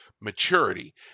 maturity